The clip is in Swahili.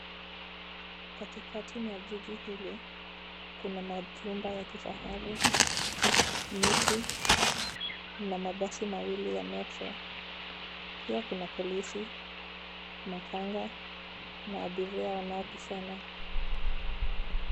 Katikati mwa jiji hili, kuna majumba ya kifahari, miti na mabasi mawili ya, metro. Pia kuna polisi, makanga na abiria wanaopishana.